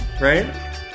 right